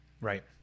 Right